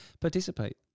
participate